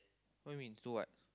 what you mean do what